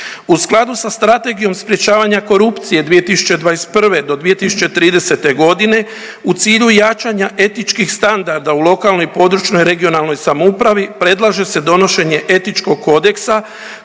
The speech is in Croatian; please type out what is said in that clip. U skladu sa Strategijom sprječavanja korupcije 2021. do 2030. godine u cilju jačanja etičkih standarda u lokalnoj i područnoj (regionalnoj) samoupravi predlaže se donošenje etičkog kodeksa